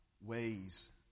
ways